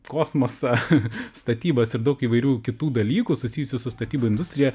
kosmosą statybas ir daug įvairių kitų dalykų susijusių su statybų industrija